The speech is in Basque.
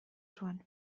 zuen